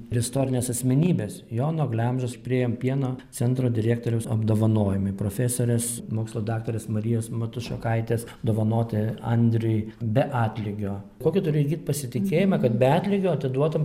istorinės asmenybės jono glemžos prie pieno centro direktorius apdovanojimai profesorės mokslų daktarės marijos matušakaitės dovanoti andriui be atlygio kokį turi įgyt pasitikėjimą kad be atlygio atiduotum